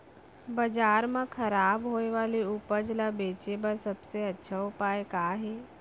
बाजार मा खराब होय वाले उपज ला बेचे बर सबसे अच्छा उपाय का हे?